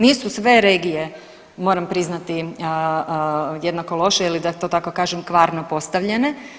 Nisu sve regije moram priznati jednako loše ili da to tako kažem kvarno postavljene.